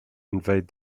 invade